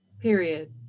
Period